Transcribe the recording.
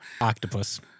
Octopus